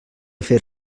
fer